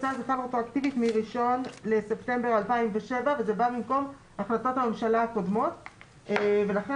מה-1 בספטמבר 2007 וזה בא במקום החלטות הממשלה הקודמות ולכן